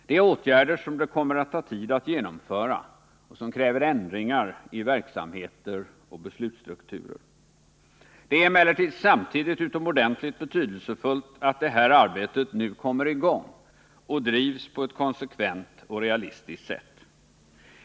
Det är åtgärder som det kommer att ta tid att genomföra och som kräver ändringar i verksamheter och beslutsstrukturer. Det är emellertid samtidigt utomordentligt betydelsefullt att det här arbetet nu kommer i gång och drivs på ett konsekvent och realistiskt sätt.